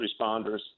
responders